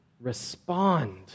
respond